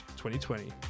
2020